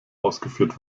ausgeführt